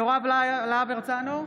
יוראי להב הרצנו,